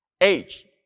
age